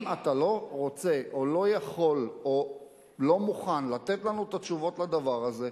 אם אתה לא רוצה או לא יכול או לא מוכן לתת לנו את התשובות לדבר הזה,